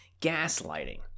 Gaslighting